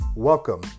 welcome